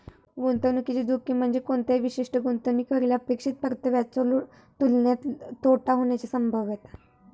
गुंतवणुकीची जोखीम म्हणजे कोणत्याही विशिष्ट गुंतवणुकीवरली अपेक्षित परताव्याच्यो तुलनेत तोटा होण्याची संभाव्यता